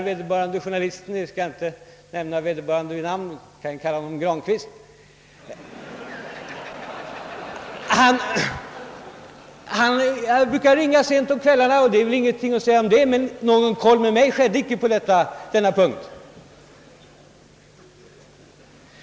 Vederbörande journalist — jag skall inte nämna honom vid namn, men vi kan ju kalla honom Grankvist — brukar ringa sent om kvällarna, och det är väl ingenting att säga om det, men på denna punkt gjordes ingen kollning med mig.